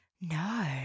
No